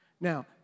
Now